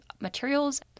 materials